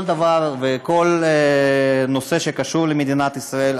כל דבר וכל נושא שקשור למדינת ישראל.